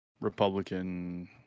Republican